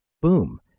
Boom